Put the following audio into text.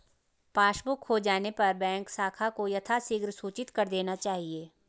passbook खो जाने पर बैंक शाखा को यथाशीघ्र सूचित कर देना चाहिए